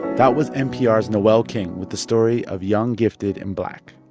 that was npr's noel king with the story of young, gifted and black.